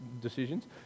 decisions